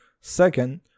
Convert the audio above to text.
Second